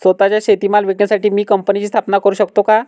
स्वत:चा शेतीमाल विकण्यासाठी मी कंपनीची स्थापना करु शकतो का?